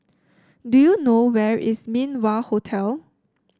do you know where is Min Wah Hotel